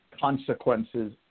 consequences